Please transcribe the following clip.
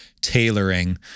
tailoring